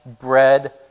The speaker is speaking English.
bread